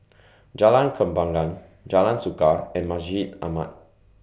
Jalan Kembangan Jalan Suka and Masjid Ahmad